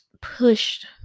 pushed